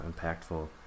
impactful